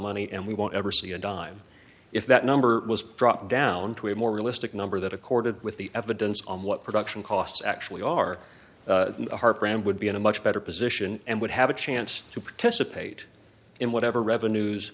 money and we won't ever see a dime if that number was dropped down to a more realistic number that accorded with the evidence on what production costs actually are harper and would be in a much better position and would have a chance to participate in whatever revenues